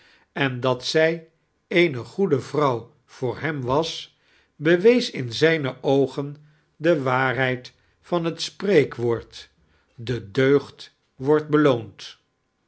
en dat zij eene goede vrouw voor hem was bewees in zijne oogen de waarheid van het spreekwoord de deugd wordlt beloond